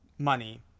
money